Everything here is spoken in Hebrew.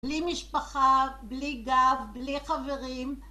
בלי משפחה, בלי גב, בלי חברים.